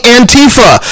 Antifa